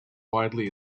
widely